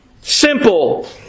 Simple